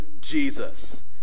Jesus